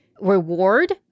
reward